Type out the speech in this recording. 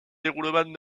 déroulement